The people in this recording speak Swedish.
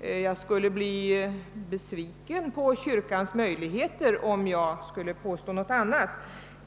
Jag skulle bli besviken på kyrkans möjligheter, om man skulle påstå något annat.